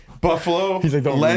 buffalo